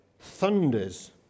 thunders